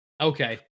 Okay